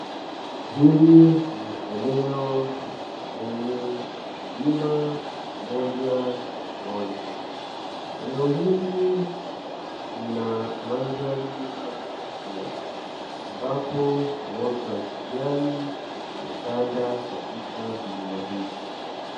Hili ni eneo lenye vilima pamoja na mabonde; eneo hili lina mandhari ya kuvutia ambapo uoto wa kijani umetanda katika vilima hivi.